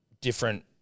different